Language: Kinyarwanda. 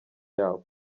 yabo